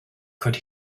could